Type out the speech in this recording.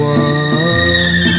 one